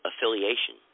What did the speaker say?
affiliation